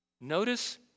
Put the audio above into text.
Notice